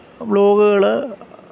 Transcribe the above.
ബ്ലോഗുകൾ